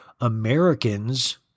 Americans